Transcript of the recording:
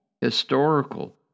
historical